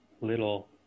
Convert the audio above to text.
little